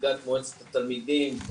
נציגת מועצת התלמידים,